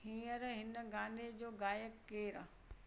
हीअंर हिन गाने जो गाइक केरु आहे